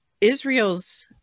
Israel's